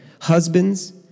Husbands